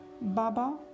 Baba